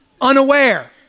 unaware